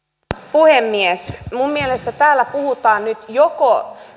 puhemies minun mielestäni täällä puhutaan nyt joko